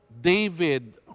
David